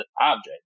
object